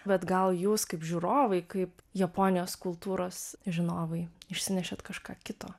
bet gal jūs kaip žiūrovai kaip japonijos kultūros žinovai išsinešėt kažką kito